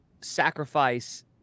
sacrifice